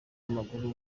w’amaguru